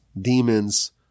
demons